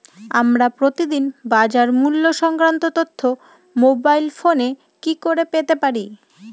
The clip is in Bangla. আমরা প্রতিদিন বাজার মূল্য সংক্রান্ত তথ্য মোবাইল ফোনে কি করে পেতে পারি?